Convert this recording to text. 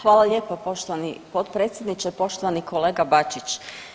Hvala lijepo poštovani potpredsjedniče, poštovani kolega Bačić.